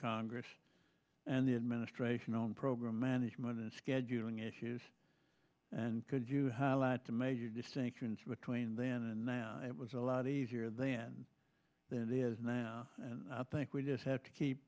congress and the administration on program management and scheduling issues and could you highlight the major distinctions between then and now it was a lot easier then than it is now and i think we just have to keep